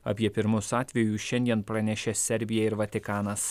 apie pirmus atvejų šiandien pranešė serbija ir vatikanas